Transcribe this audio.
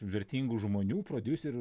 vertingų žmonių prodiuserių